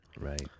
Right